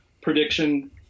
prediction